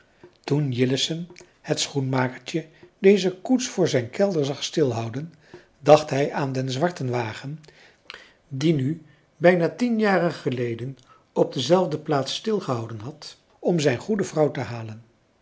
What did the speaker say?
toen jillessen het schoenmakertje deze koets voor zijn kelder zag stilhouden dacht hij aan den zwarten wagen die nu bijna tien jaren geleden op dezelfde plaats stilgehouden had om zijn goede vrouw te halen